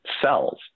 cells